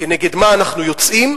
כנגד מה אנחנו יוצאים?